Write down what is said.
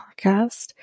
Podcast